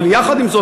אבל יחד עם זאת,